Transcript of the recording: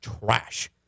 trash